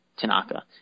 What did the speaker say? tanaka